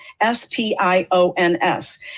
S-P-I-O-N-S